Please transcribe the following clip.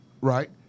right